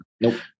Nope